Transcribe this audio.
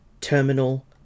Terminal